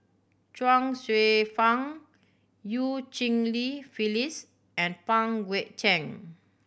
Chuang Hsueh Fang Eu Cheng Li Phyllis and Pang Guek Cheng